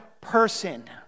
person